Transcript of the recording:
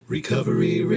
Recovery